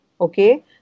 okay